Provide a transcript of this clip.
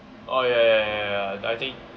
oh ya ya ya ya ya I think